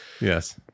Yes